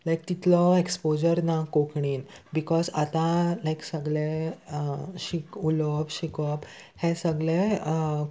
लायक तितलो एक्सपोजर ना कोंकणीन बिकॉज आतां लायक सगले शिक उलोवप शिकोवप हें सगळें